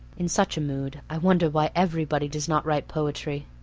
in such a mood i wonder why everybody does not write poetry.